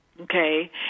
Okay